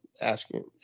asking